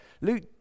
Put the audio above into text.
Luke